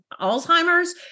Alzheimer's